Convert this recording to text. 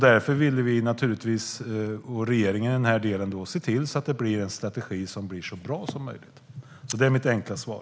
Därför ville regeringen se till att det blir en så bra strategi som möjligt. Detta är mitt enkla svar.